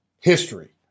history